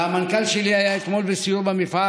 והמנכ"ל שלי היה אתמול בסיור במפעל.